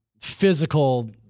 physical